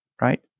Right